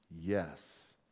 Yes